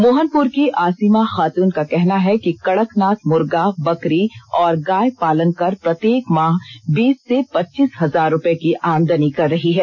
मोहनपुर की आसिमा खातून का कहना है कि कड़कनाथ मुर्गा बकरी और गाय पालन कर प्रत्येक माह बीस से पच्चीस हजार रूपये की आमदनी कर रही है